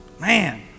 Man